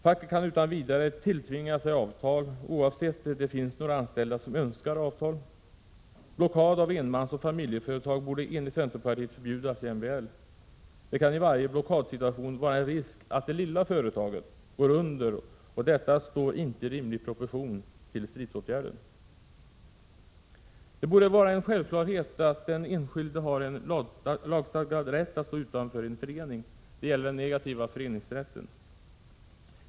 Facket kan utan vidare tilltvinga sig avtal oavsett om det finns några anställda som önskar avtal. Blockad av enmansoch familjeföretag borde enligt centerpartiet förbjudas i MBL. Det kan i varje blockadsituation vara en risk att det lilla företaget går under, och detta står inte i rimlig proportion till stridsåtgärden. Det borde vara en självklarhet att den enskilde har en lagstadgad rätt att stå utanför en förening. Det är fråga om den negativa föreningsrätten.